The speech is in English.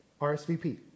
RSVP